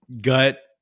gut